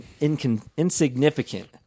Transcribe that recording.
insignificant